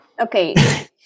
Okay